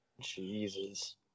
Jesus